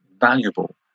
valuable